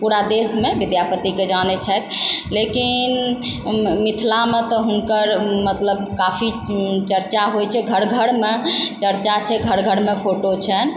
पूरा देशमे विद्यापतिके जानय छथि लेकिन मिथिलामे तऽ हुनकर मतलब काफी चर्चा होइ छै घर घरमे चर्चा छै घर घरमे फोटो छन्हि